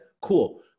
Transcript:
Cool